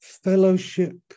Fellowship